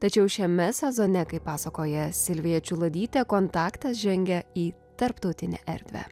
tačiau šiame sezone kaip pasakoja silvija čiuladytė kontaktas žengia į tarptautinę erdvę